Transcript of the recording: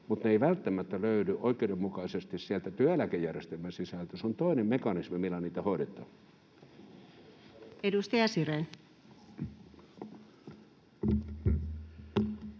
mutta ne eivät välttämättä löydy oikeudenmukaisesti sieltä työeläkejärjestelmän sisältä. Se on toinen mekanismi, millä niitä hoidetaan. Edustaja Sirén.